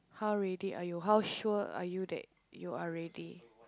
how ready are you how sure are you that you are ready